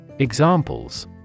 Examples